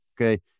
okay